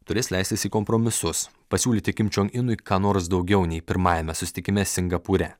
turės leistis į kompromisus pasiūlyti kim čion inui ką nors daugiau nei pirmajame susitikime singapūre